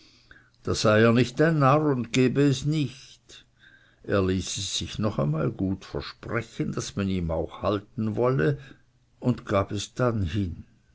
da sei er nicht ein narr und gebe es nicht er ließ es sich noch einmal gut versprechen daß man ihm auch halten wolle und gab es dann hin